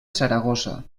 saragossa